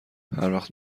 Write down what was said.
هروقت